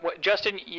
justin